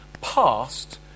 past